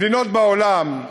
במדינות בעולם,